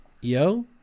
yo